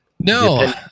No